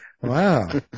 Wow